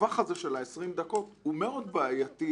הטווח הזה של ה-20 דקות הוא מאוד בעייתי.